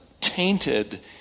tainted